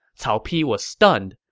cao pi was stunned,